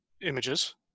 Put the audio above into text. images